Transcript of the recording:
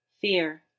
Fear